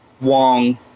Wong